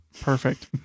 perfect